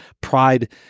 pride